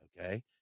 okay